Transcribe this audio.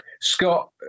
Scott